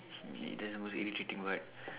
okay that is the most irritating part